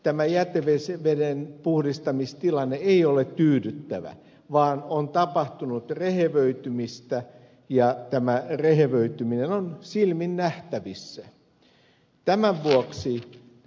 tämä jäteveden puhdistamistilanne ei ole tyydyttävä vaan on tapahtunut rehevöitymistä ja tämä rehevöityminen on silmin nähtävissä